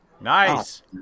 Nice